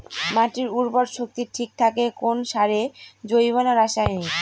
মাটির উর্বর শক্তি ঠিক থাকে কোন সারে জৈব না রাসায়নিক?